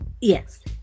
Yes